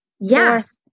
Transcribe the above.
Yes